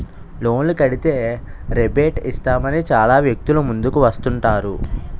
లోన్లు కడితే రేబేట్ ఇస్తామని చాలా వ్యక్తులు ముందుకు వస్తుంటారు